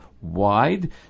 wide